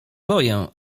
boję